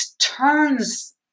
turns